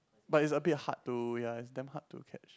but it's a bit hard to ya it's damn hard to catch